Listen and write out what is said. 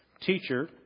teacher